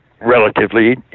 relatively